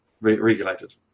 Regulated